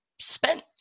spent